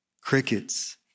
Crickets